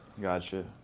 Gotcha